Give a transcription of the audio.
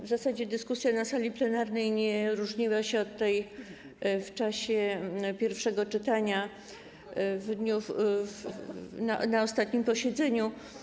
W zasadzie dyskusja na sali plenarnej nie różniła się od tej w czasie pierwszego czytania na ostatnim posiedzeniu.